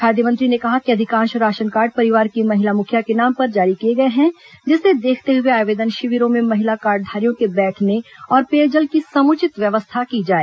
खाद्य मंत्री ने कहा कि अधिकांश राशन कार्ड परिवार की महिला मुखिया के नाम पर जारी किए गए हैं जिसे देखते हुए आवेदन शिविरों में महिला कार्डधारियों के बैठने और पेयजल की समुचित व्यवस्था की जाए